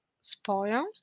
spoil